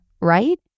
right